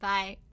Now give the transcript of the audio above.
Bye